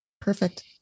perfect